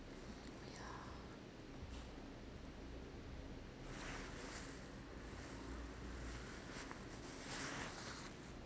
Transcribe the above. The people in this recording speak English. oh yeah